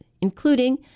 including